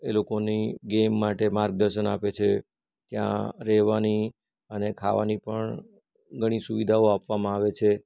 એ લોકોની ગેમ માટે માર્ગદર્શન આપે છે ત્યાં રહેવાની અને ખાવાની પણ ઘણી સુવિધાઓ આપવામાં આવે છે